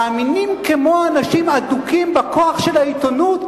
מאמינים כמו אנשים אדוקים בכוח של העיתונות,